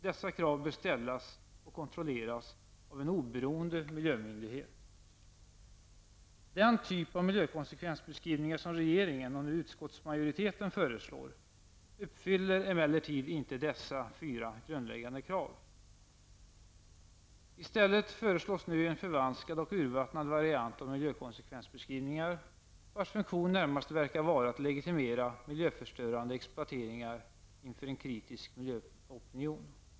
Dessa krav bör ställas och kontrolleras av en oberoende miljömyndighet. Den typ av miljökonsekvensbeskrivningar som regeringen och nu utskottsmajoriteten föreslår uppfyller emellertid inte dessa fyra grundläggande krav. I stället föreslås nu en förvanskad och urvattnad variant av miljökonsekvensbeskrivningar, vars funktion närmast verkar vara att legitimera miljöförstörande exploateringar inför en kritisk miljöopinion.